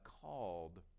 called